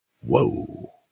whoa